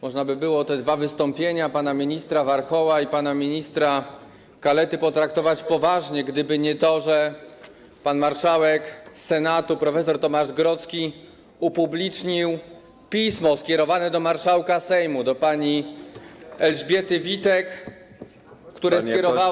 Można by było te dwa wystąpienia pana ministra Warchoła i pana ministra Kalety potraktować poważnie, gdyby nie to, że pan marszałek Senatu prof. Tomasz Grodzki upublicznił pismo do marszałka Sejmu, do pani Elżbiety Witek, które skierowała.